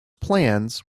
plans